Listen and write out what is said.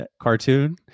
cartoon